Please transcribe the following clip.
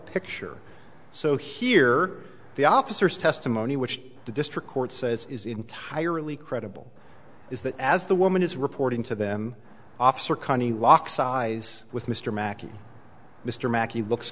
picture so here the officers testimony which the district court says is entirely credible is that as the woman is reporting to them officer carney walks eyes with mr makki mr makki looks